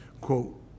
quote